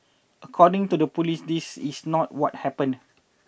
according to the police this is not what happened